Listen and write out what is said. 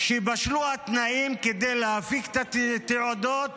שבשלו התנאים להפיק את התעודות